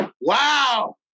Wow